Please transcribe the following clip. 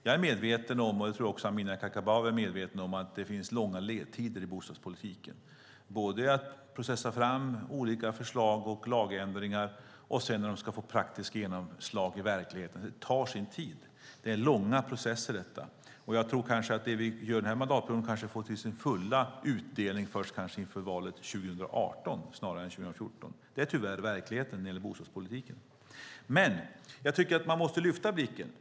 Jag är medveten om, och jag tror att Amineh Kakabaveh är medveten om, att det finns långa ledtider i bostadspolitiken. Det gäller både att processa fram olika förslag och lagändringar och sedan att de ska få praktiskt genomslag i verkligheten. Det tar sin tid, och det är långa processer. Det vi gör den här mandatperioden får sin fulla utdelning först kanske inför valet 2018 snarare än 2014. Det är tyvärr verkligheten när det gäller bostadspolitiken. Men jag tycker att vi måste lyfta blicken.